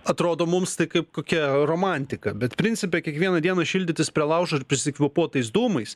atrodo mums tai kaip kokia romantika bet principe kiekvieną dieną šildytis prie laužo ir prisikvėpuot tais dūmais